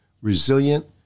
resilient